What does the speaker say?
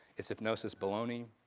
is hypnosis baloney?